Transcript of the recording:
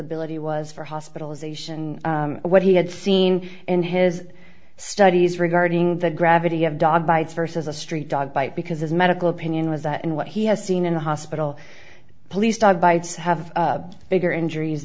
ability was for hospitalization what he had seen in his studies regarding the gravity of dog bites versus a street dog bite because his medical opinion was that in what he has seen in the hospital police dog bites have bigger injuries